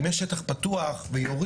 אם יש שטח פתוח ויורים,